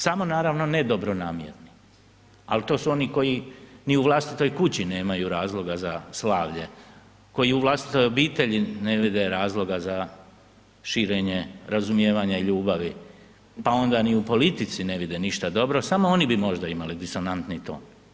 Samo naravno ne dobronamjerno, al to su oni koji ni u vlastitoj kući nemaju razloga za slavlje, koji u vlastitoj obitelji ne vide razloga za širenje razumijevanja i ljubavi, pa onda ni u politici ne vide ništa dobro, samo oni bi možda imali disonantni ton.